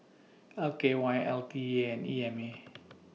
L K Y LT A and E M A